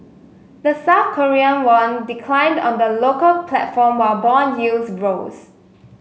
the South Korean won declined on the local platform while bond yields rose